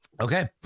Okay